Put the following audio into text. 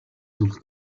sul